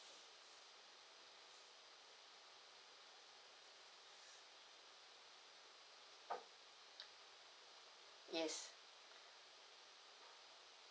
yes